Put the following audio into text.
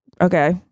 okay